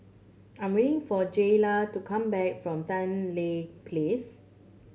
I'm waiting for Jaylah to come back from Tan Tye Place